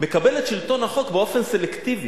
מקבל את שלטון החוק באופן סלקטיבי.